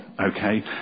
okay